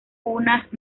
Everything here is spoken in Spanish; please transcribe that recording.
unas